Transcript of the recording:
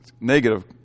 negative